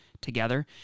together